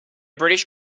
british